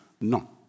No